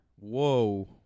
whoa